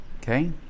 Okay